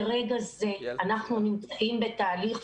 ברגע זה אנחנו נמצאים בתהליך,